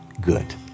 good